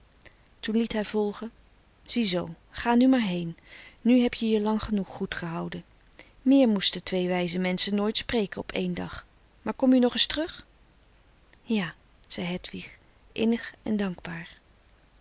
toen liet hij volgen ziezoo ga nu maar heen nu heb je je lang genoeg goed gehouden méér moesten twee wijze menschen nooit spreken op één dag maar kom je nog eens terug ja zei hedwig innig en dankbaar